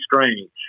strange